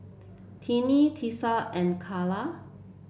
Tinie Tessa and Calla